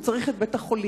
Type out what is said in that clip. הוא צריך את בית-החולים,